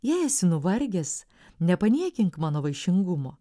jei esi nuvargęs nepaniekink mano vaišingumo